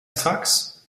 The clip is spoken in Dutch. straks